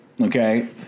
Okay